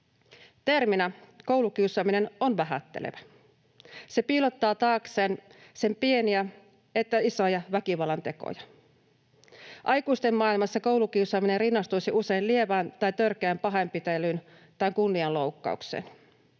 Terminä koulukiusaaminen on vähättelevä. Se piilottaa taakseen sekä pieniä että isoja väkivallantekoja. Aikuisten maailmassa koulukiusaaminen rinnastuisi usein lievään tai törkeään pahoinpitelyyn tai kunnianloukkaukseen.